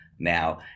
Now